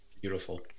Beautiful